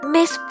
Miss